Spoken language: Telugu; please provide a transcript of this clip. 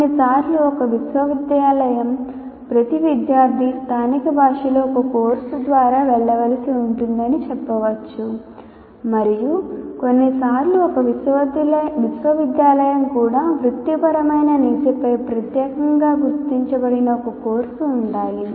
కొన్నిసార్లు ఒక విశ్వవిద్యాలయం ప్రతి విద్యార్థి స్థానిక భాషలో ఒక కోర్సు ద్వారా వెళ్ళవలసి ఉంటుందని చెప్పవచ్చు మరియు కొన్నిసార్లు ఒక విశ్వవిద్యాలయం కూడా వృత్తిపరమైన నీతిపై ప్రత్యేకంగా గుర్తించబడిన ఒక కోర్సు ఉండాలి